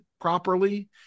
properly